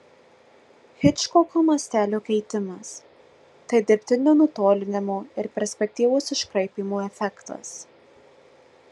hičkoko mastelio keitimas tai dirbtinio nutolinimo ir perspektyvos iškraipymo efektas